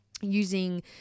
Using